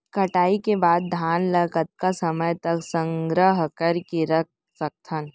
कटाई के बाद धान ला कतका समय तक संग्रह करके रख सकथन?